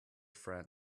friends